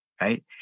Right